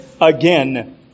again